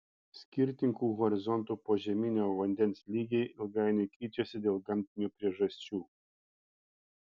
skirtingų horizontų požeminio vandens lygiai ilgainiui keičiasi dėl gamtinių priežasčių